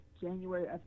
January